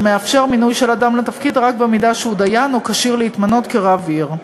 שמאפשר מינוי של אדם לתפקיד רק אם הוא דיין או כשיר להתמנות לרב עיר.